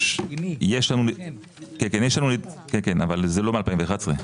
כן, כן אבל זה לא מ-2011,